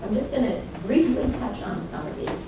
just going to briefly touch on some of